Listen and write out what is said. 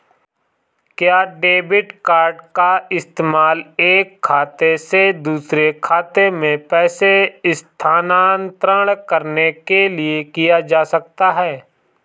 क्या debit card का इस्तेमाल एक खाते से दूसरे खाते में पैसे स्थानांतरण करने के लिए किया जा सकता है?